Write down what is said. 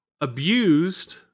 abused